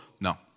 No